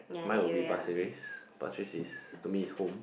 mine would be Pasir-Ris Pasir-Ris is to me is home